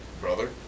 brother